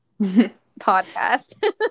podcast